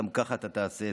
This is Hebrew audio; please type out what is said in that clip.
ככה גם תעשה.